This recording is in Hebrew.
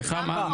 לא,